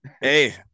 hey